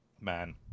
man